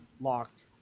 locked